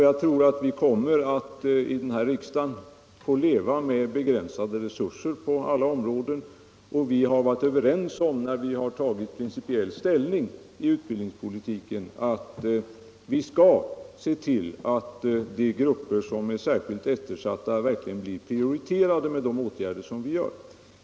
Jag tror att riksdagen kommer att få leva med begränsade resurser på alla områden, och när vi har tagit principiell ställning i utbildningspolitiken har vi varit överens om att se till att de grupper som är särskilt eftersatta verkligen blir prioriterade med de åtgärder som vi vidtar.